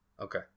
Okay